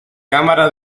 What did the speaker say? cámara